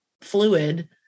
fluid